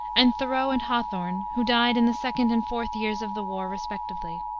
and thoreau and hawthorne, who died in the second and fourth years of the war, respectively.